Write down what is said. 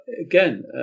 again